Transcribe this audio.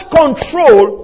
control